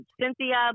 Cynthia